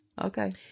Okay